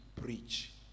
preach